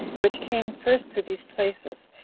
which came first to these places,